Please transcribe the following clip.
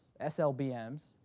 SLBMs